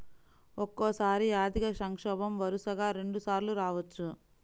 ఒక్కోసారి ఆర్థిక సంక్షోభం వరుసగా రెండుసార్లు రావచ్చు